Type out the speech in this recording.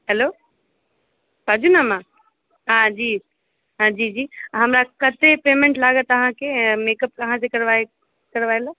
hello बाजू ने ma'am आ जी आ जी जी हमरा कते पेमेन्ट लागत अहाँकेॅं मेकअप अहाँ जे करबै करबायला